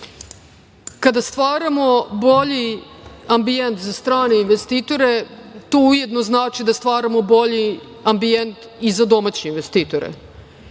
kada stvaramo bolji ambijent za strane investitore, to ujedno znači da stvaramo bolji ambijent i za domaće investitore.